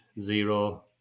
zero